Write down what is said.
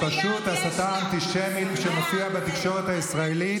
זו פשוט הסתה אנטישמית שמופיעה בתקשורת הישראלית,